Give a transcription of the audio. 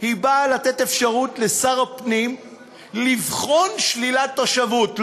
היא באה לתת אפשרות לשר הפנים לבחון שלילת תושבות.